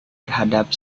terhadap